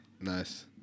Nice